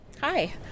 Hi